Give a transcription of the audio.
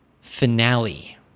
finale